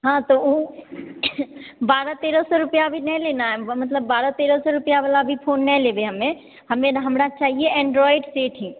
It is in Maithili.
हँ तऽ ऊ बारह तेरह सौ रुपया भी नै लेना है मतलब बारह तेरह सौ रुपयाबला भी फोन नै लेबै हमे हमे हमरा चाहियै एण्ड्राइड सेट ही